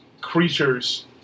creatures